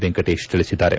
ವೆಂಕಟೇಶ್ ತಿಳಿಸಿದ್ದಾರೆ